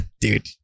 Dude